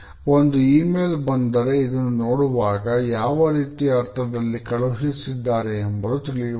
ಒಂದು ಇಮೇಲ್ ಬಂದರೆ ಅದನ್ನು ನೋಡುವಾಗ ಯಾವ ರೀತಿಯ ಅರ್ಥದಲ್ಲಿ ಕಳುಹಿಸಿದ್ದಾರೆ ಎಂಬುದು ತಿಳಿಯುವುದಿಲ್ಲ